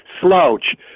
slouch